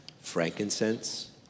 Frankincense